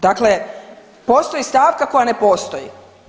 Dakle, postoji stavka koja ne postoji.